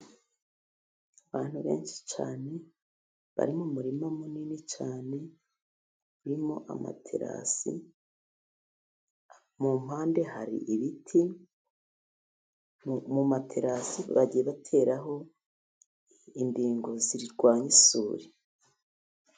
Abantu benshi cyane bari mu murima munini cyane urimo amaterasi, mu mpande hari ibiti, mu materasi bagiye bateraho imbigo zirwanya isuri.